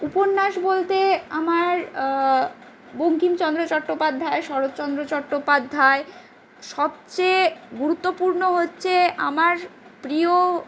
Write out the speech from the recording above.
উপন্যাস বলতে আমার বঙ্কিমচন্দ্র চট্টোপাধ্যায় শরৎচন্দ্র চট্টোপাধ্যায় সবচেয়ে গুরুত্বপূর্ণ হচ্ছে আমার প্রিয়